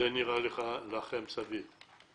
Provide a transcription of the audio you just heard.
זה נראה לכם סביר?